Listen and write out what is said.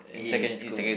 in secondary school